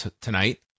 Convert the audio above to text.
tonight